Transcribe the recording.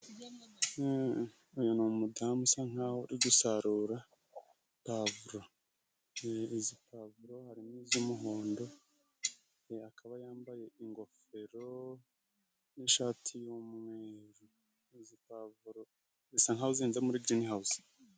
Uyu ni umudamu usa nkaho uri gusarura pavuro. Izi pavuro harimo iz'umuhondo, akaba yambaye ingofero n'ishati y'umweru. Izi pavuro zisa nkaho zihinze muri girinihawuzi.